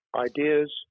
Ideas